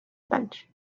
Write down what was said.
bench